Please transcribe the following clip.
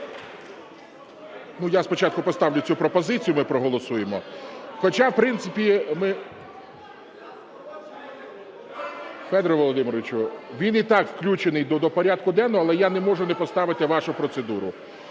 я спочатку поставлю цю пропозицію, ми проголосуємо. Хоча, в принципі, ми… Федір Володимирович, він і так включений до порядку денного, але я не можу не поставити вашу процедуру.